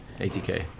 ATK